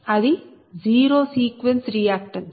అది zero sequence reactance